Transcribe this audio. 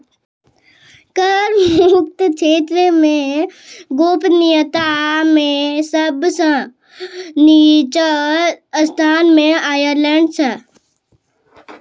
कर मुक्त क्षेत्र मे गोपनीयता मे सब सं निच्चो स्थान मे आयरलैंड छै